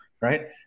Right